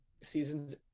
seasons